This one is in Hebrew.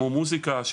מוזיקה,